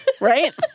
Right